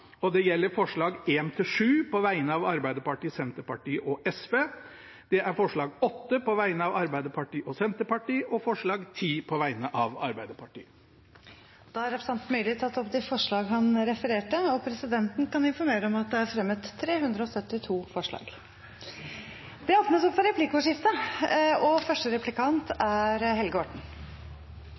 og det gjelder forslagene nr. 1–7, på vegne av Arbeiderpartiet, Senterpartiet og SV, forslag nr. 8, på vegne av Arbeiderpartiet og Senterpartiet, og forslag nr. 10, på vegne av Arbeiderpartiet. Representanten Sverre Myrli har tatt opp de forslagene han refererte til. Presidenten kan informere om at det er fremmet 372 forslag. Det